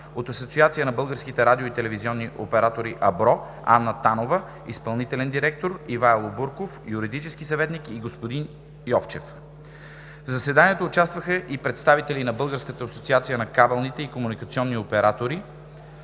от Асоциацията на българските радио- и телевизионни оператори (АБРО): Анна Танова – изпълнителен директор, Ивайло Бурков – юридически съветник, и Господин Йовчев. В заседанието участваха и представители на: Българската асоциация на кабелните и комуникационните оператори